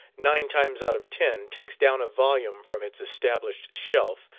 nine times out of ten, takes down a volume from its established shelf,